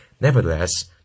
nevertheless